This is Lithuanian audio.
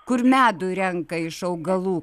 kur medų renka iš augalų